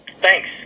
Thanks